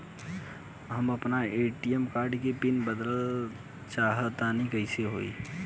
हम आपन ATM card के पीन बदलल चाहऽ तनि कइसे होई?